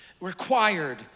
required